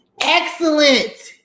Excellent